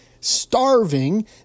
starving